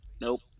Nope